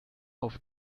auf